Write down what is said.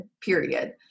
period